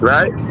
Right